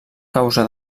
causa